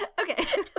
Okay